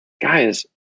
guys